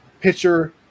pitcher